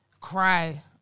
cry